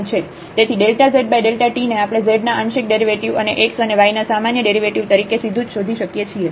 તેથી zt ને આપણે z ના આંશિક ડેરિવેટિવ અને x અને y ના સામાન્ય ડેરિવેટિવ તરીકે સીધુ જ શોધી શકીએ છીએ